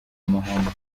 mahama